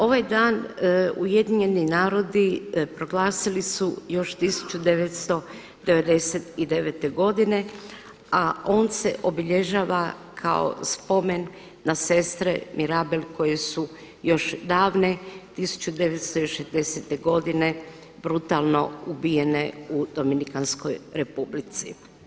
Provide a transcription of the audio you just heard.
Ovaj dan UN proglasili su još 1999. godine, a on se obilježava kako spomen na sestre Mirabal koje su još davne 1960. godine brutalno ubijene u Dominikanskoj republici.